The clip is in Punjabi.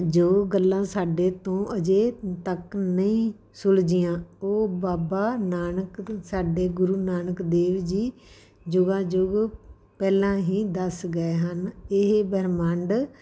ਜੋ ਗੱਲਾਂ ਸਾਡੇ ਤੋਂ ਅਜੇ ਤੱਕ ਨਹੀਂ ਸੁਲਝੀਆਂ ਉਹ ਬਾਬਾ ਨਾਨਕ ਸਾਡੇ ਗੁਰੂ ਨਾਨਕ ਦੇਵ ਜੀ ਜੁਗਾਂ ਜੁਗ ਪਹਿਲਾਂ ਹੀ ਦੱਸ ਗਏ ਹਨ ਇਹ ਬ੍ਰਹਮੰਡ